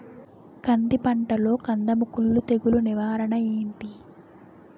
కంది పంటలో కందము కుల్లు తెగులు నివారణ ఏంటి?